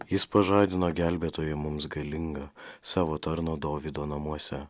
jis pažadino gelbėtoją mums galingą savo tarno dovydo namuose